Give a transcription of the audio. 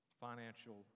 financial